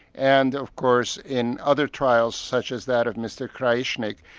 and of course, in other trials, such as that of mr krajisnik,